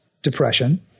depression